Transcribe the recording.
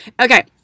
Okay